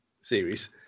series